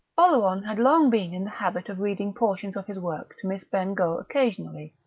oleron had long been in the habit of reading portions of his work to miss bengough occasionally.